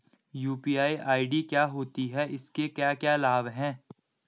UPI क्या होता है इसके क्या क्या लाभ हैं?